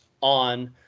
on